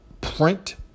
print